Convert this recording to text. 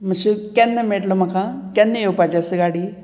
मातशें केन्ना मेळट्लो म्हाका केन्ना येवपाचें आसा गाडी